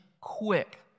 quick